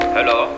Hello